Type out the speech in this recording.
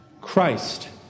Christ